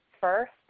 first